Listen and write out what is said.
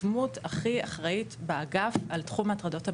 הדמות הכי אחראית באגף על תחום הטרדות מיניות.